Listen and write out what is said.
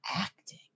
acting